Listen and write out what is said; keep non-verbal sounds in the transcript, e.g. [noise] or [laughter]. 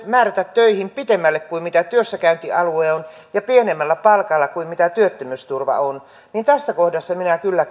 [unintelligible] määrätä töihin pitemmälle kuin mitä työssäkäyntialue on ja pienemmällä palkalla kuin mitä työttömyysturva on niin tässä kohdassa minä kyllä [unintelligible]